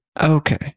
Okay